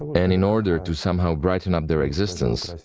and in order to somehow brighten up their existence,